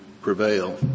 prevail